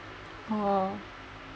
oh